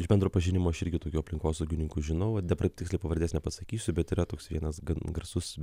iš bendro pažinimo aš irgi tokių aplinkosaugininkų žinau dabar tiksliai pavardės nepasakysiu bet yra toks vienas gan garsus